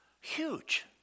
huge